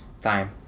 time